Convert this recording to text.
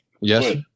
Yes